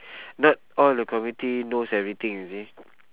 not all the community knows everything you see